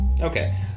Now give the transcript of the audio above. Okay